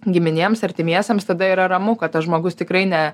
giminėms artimiesiems tada yra ramu kad tas žmogus tikrai ne